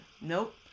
Nope